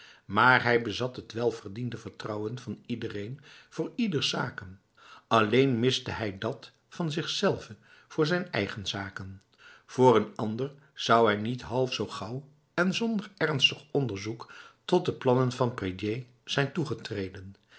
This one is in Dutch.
maar hij bezat het welverdiende vertrouwen van iedereen voor ieders zaken alleen miste hij dat van zichzelve voor zijn eigen zaken voor een ander zou hij niet half zo gauw en zonder ernstig onderzoek tot de plannen van prédier zijn toegetreden